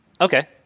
Okay